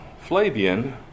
Flavian